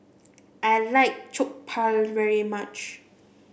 I like Jokbal very much